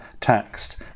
taxed